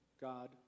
God